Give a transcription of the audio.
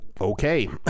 okay